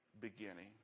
beginning